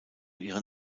ihren